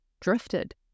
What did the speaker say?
drifted